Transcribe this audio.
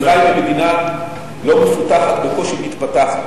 מצרים היא מדינה לא מפותחת, בקושי מתפתחת.